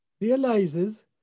realizes